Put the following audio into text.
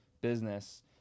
business